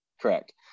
Correct